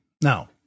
Now